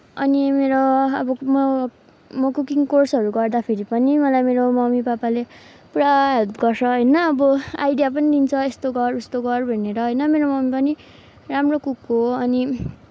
अनि मेरो अब म म कुकिङ कोर्सहरू गर्दाखेरि पनि मलाई मेरो ममी पापाले पुरा हेल्प गर्छ होइन अब आइडिया पनि दिन्छ यस्तो गर् उस्तो गर् भनेर होइन मेरो ममी पनि राम्रो कुक हो अनि